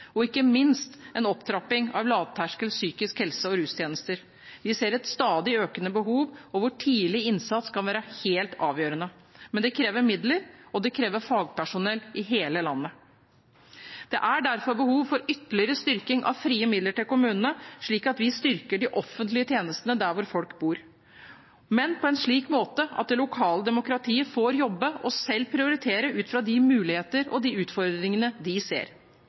og ikke minst en opptrapping av lavterskel psykisk helse- og rustjenester. Vi ser et stadig økende behov hvor tidlig innsats kan være helt avgjørende, men det krever midler, og det krever fagpersonell i hele landet. Det er derfor behov for ytterligere styrking av frie midler til kommunene slik at vi styrker de offentlige tjenestene der folk bor, men på en slik måte at det lokale demokratiet får jobbe og selv prioritere ut fra de muligheter og de utfordringer de ser.